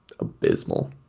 abysmal